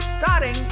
starting